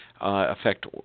affect